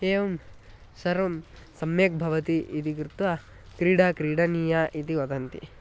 एवं सर्वं सम्यक् भवति इति कृत्वा क्रीडा क्रीडनीया इति वदन्ति